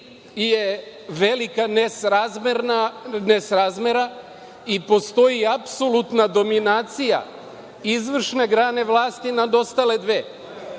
je velika nesrazmera i postoji apsolutna dominacija izvršne grane vlasti nad ostale